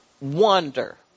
wonder